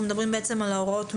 אנחנו מדברים על הוראות מעבר.